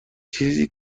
چیزی